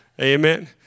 Amen